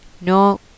no